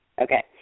Okay